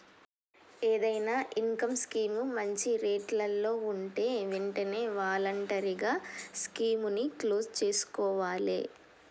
ఏదైనా income scheme మంచి వడ్డీరేట్లలో వుంటే వెంటనే వాలంటరీగా స్కీముని క్లోజ్ చేసుకోవాలే